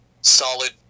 solid